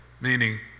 meaning